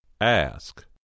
Ask